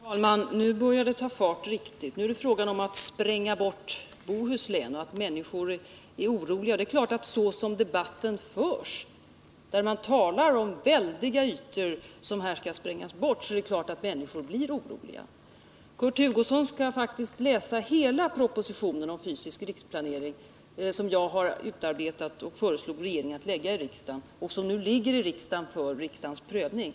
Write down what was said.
Herr talman! Nu börjar det ta fart riktigt, nu är det fråga om att spränga bort Bohuslän och om att människor är oroliga. Det är klart att så som debatten förs, man talar om att väldiga ytor skall sprängas bort, blir människor oroliga. Kurt Hugosson bör faktiskt läsa hela den proposition om fysisk rikspla nering som jag har utarbetat och som jag föreslog att regeringen skulle lägga Nr 30 fram för riksdagen och som nu också ligger hos riksdagen för riksdagens Fredagen den prövning.